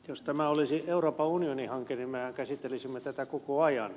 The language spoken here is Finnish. jos tämä olisi euroopan unionin hanke niin mehän käsittelisimme tätä koko ajan